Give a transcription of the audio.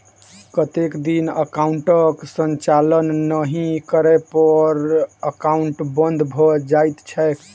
कतेक दिन एकाउंटक संचालन नहि करै पर एकाउन्ट बन्द भऽ जाइत छैक?